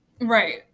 Right